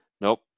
Nope